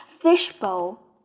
fishbowl